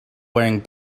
wearing